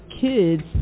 kids